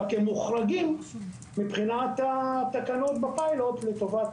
רק הם מוחרגים מבחינת התקנות בפיילוט לטובת